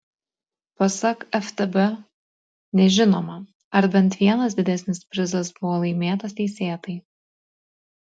pasak ftb nežinoma ar bent vienas didesnis prizas buvo laimėtas teisėtai